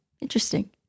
interesting